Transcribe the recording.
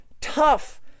tough